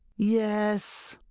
yes,